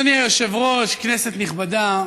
אדוני היושב-ראש, כנסת נכבדה,